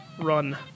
Run